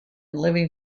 living